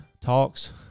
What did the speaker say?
talks –